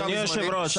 אדוני היושב ראש,